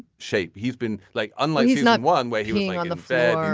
shape he's been like unlike he's not one where he will be on the fed.